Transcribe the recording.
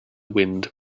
wind